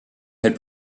had